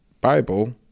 bible